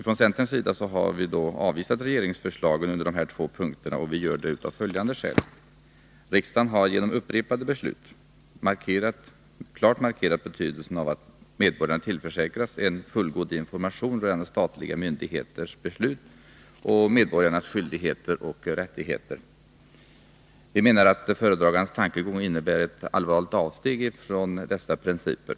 Från centerns sida har vi avvisat regeringens förslag under de här två punkterna, och vi gör det av följande skäl. Riksdagen har genom upprepade beslut klart markerat betydelsen av att medborgarna tillförsäkras en fullgod information rörande statliga myndigheters beslut och medborgarnas skyldigheter och rättigheter. Vi menar att föredragandens tankegång innebär ett allvarligt avsteg från dessa principer.